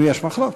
אם יש מחלוקת.